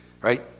right